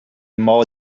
more